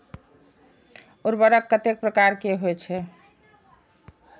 उर्वरक कतेक प्रकार के होई छै?